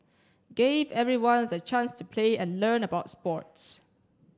gave everyone the chance to play and learn about sports